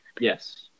Yes